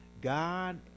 God